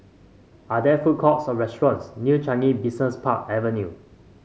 are there food courts or restaurants near Changi Business Park Avenue